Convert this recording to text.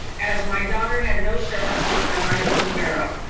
as my daughter had no services that i was aware of.